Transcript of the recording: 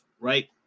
right